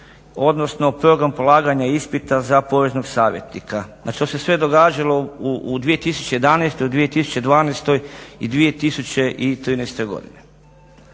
odnosno program polaganja ispita za poreznog savjetnika. Znači to se sve događalo u 2011., 2012. i 2013. godini.